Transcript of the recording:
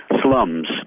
slums